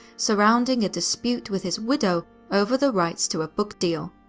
surrounding a dispute with his widow over the rights to a book deal.